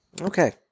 Okay